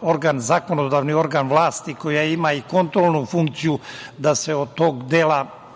organ, zakonodavni organ vlasti koji ima i kontrolnu funkciju, da se od tog dela